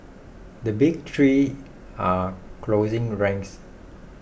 the big three are closing ranks